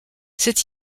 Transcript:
cet